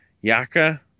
Yaka